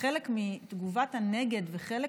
שחלק מתגובת הנגד וחלק